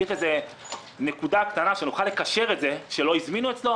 צריך איזו נקודה קטנה שנוכל לקשר את זה שלא הזמינו אצלו,